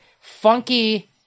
Funky